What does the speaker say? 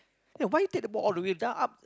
ya why take the ball all the way the up